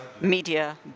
media